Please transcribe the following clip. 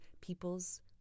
people's